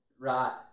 right